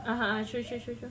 (uh huh) true true true true